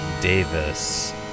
Davis